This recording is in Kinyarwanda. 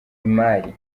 imali